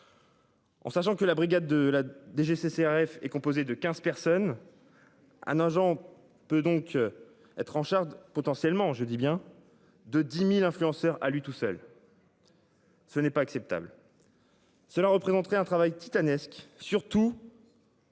En sachant que la brigade de la DGCCRF est composée de 15 personnes. À Nogent peut donc. Être en charge, potentiellement, je dis bien de 10.000 influenceurs à lui tout seul. Ce n'est pas acceptable. Cela représenterait un travail titanesque surtout.